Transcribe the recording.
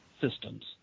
systems